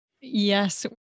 Yes